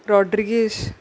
Rodrigues